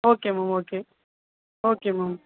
okay ma'am okay okay ma'am